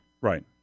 Right